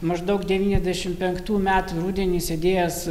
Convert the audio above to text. maždaug devyniasdešimt penktų metų rudenį sėdėjęs